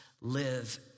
live